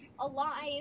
Alive